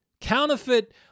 counterfeit